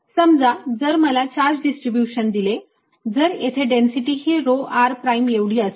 समजा जर मला चार्ज डिस्ट्रीब्यूशन दिले तर येथे डेन्सिटी ही rho r प्राईम एवढी असेल